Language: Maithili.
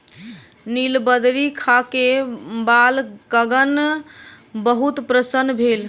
नीलबदरी खा के बालकगण बहुत प्रसन्न भेल